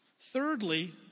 Thirdly